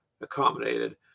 accommodated